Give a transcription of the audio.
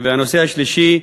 והנושא השלישי: